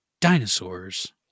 dinosaurs